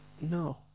No